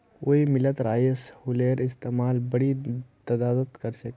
कई मिलत राइस हुलरेर इस्तेमाल बड़ी तदादत ह छे